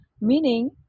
meaning